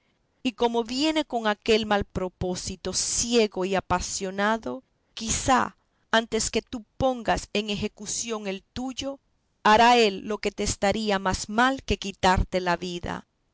y como viene con aquel mal propósito ciego y apasionado quizá antes que tú pongas en ejecución el tuyo hará él lo que te estaría más mal que quitarte la vida